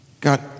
God